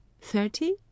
Thirty